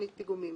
תכנית פיגומים).